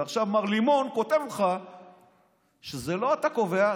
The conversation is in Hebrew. ועכשיו מר לימון כותב לך שזה לא אתה קובע,